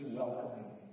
welcoming